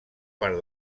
part